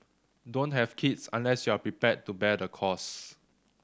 don't have kids unless you are prepared to bear the cost